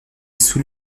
sous